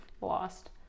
lost